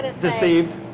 Deceived